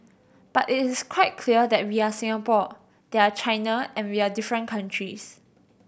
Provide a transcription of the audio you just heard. but it is quite clear that we are Singapore they are China and we are different countries